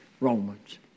Romans